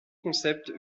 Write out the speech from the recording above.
concept